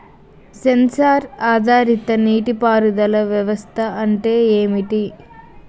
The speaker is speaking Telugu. సెన్సార్ ఆధారిత నీటి పారుదల వ్యవస్థ అంటే ఏమిటి?